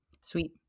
Sweet